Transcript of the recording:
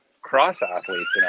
cross-athletes